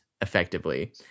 effectively